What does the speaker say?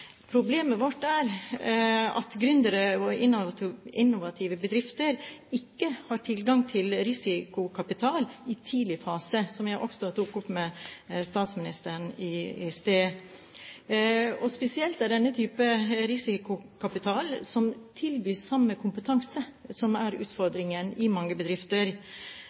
Problemet vårt er at gründere og innovative bedrifter ikke har tilgang til risikokapital i tidlig fase, som jeg også tok opp med statsministeren i sted. Og spesielt er det den typen risikokapital som tilbys sammen med kompetanse, som er utfordringen i mange bedrifter.